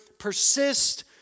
persist